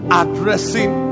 addressing